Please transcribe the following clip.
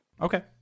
Okay